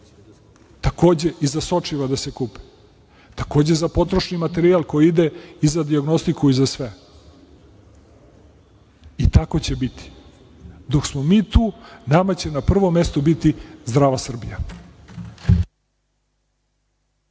i za sočiva da se kupe. Takođe za potrošni materijal koji ide i za dijagnostiku i za sve. Tako će biti. Dok smo mi tu nama će na prvom mestu biti zdrava Srbija.